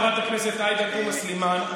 חברת הכנסת עאידה תומא סלימאן,